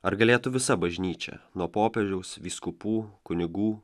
ar galėtų visa bažnyčia nuo popiežiaus vyskupų kunigų